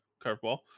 curveball